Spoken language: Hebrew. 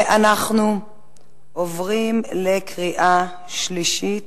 אנחנו עוברים לקריאה שלישית.